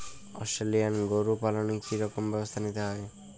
Australian গরু পালনে কি রকম ব্যবস্থা নিতে হয়?